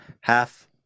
half